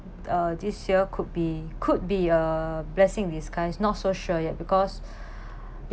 uh this year could be could be a blessing in disguise not so sure yet because